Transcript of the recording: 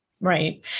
Right